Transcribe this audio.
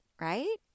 right